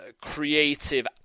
creative